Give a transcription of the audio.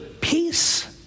peace